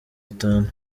itanu